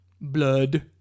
blood